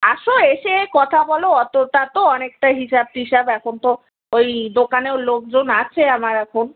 আসো এসে কথা বল অতটা তো অনেকটা হিসাব টিসাব এখন তো ওই দোকানেও লোকজন আছে আমার এখন